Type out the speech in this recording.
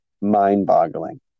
mind-boggling